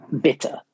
Bitter